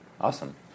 awesome